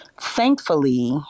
thankfully